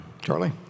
Charlie